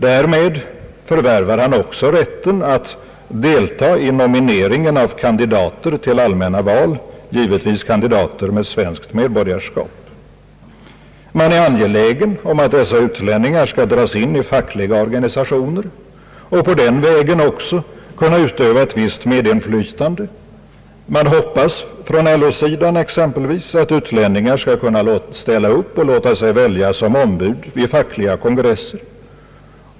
Därmed förvärvar han också rätten att delta i nomineringen av kandidater till allmänna val — givetvis kandidater med svenskt medborgarskap. Man är angelägen om att dessa utlänningar skall dras in i fackliga organisationer och på den vägen också kunna utöva ett visst medinflytande. Man hoppas, exempelvis på LO-sidan, att utlänningar skall ställa upp och låta välja sig som ombud vid fackliga kongresser.